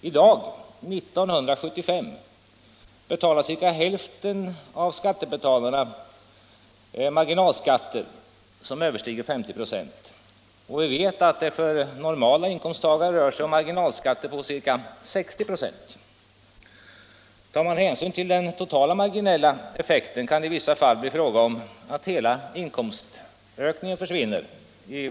I dag, 1975, betalar ca hälften av skattebetalarna marginalskatter som överstiger 50 96, och vi vet att det för normala inkomsttagare rör sig om marginalskatter på omkring 60 26. Om man tar hänsyn till den totala marginella effekten kan det i vissa speciella lägen bli fråga om att hela inkomstökningen försvinner.